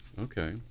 Okay